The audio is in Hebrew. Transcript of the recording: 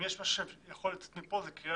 אם יש משהו שאנחנו יכולים לעשות מפה זו קריאה